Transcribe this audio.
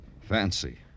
Fancy